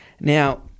Now